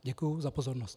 Děkuji za pozornost.